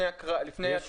יכול להיות שתקבל תשובות.